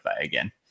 again